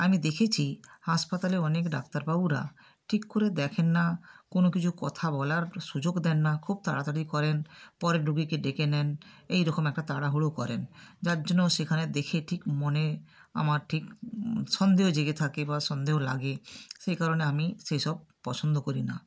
আমি দেখেছি হাসপাতালে অনেক ডাক্তারবাবুরা ঠিক করে দেখেন না কোনও কিছু কথা বলার সুযোগ দেন না খুব তাড়াতাড়ি করেন পরের রুগীকে ডেকে নেন এইরকম একটা তাড়াহুড়ো করেন যার জন্যও সেখানে দেখে ঠিক মনে আমার ঠিক সন্দেহ জেগে থাকে বা সন্দেহ লাগে সেই কারণে আমি সেইসব পছন্দ করি না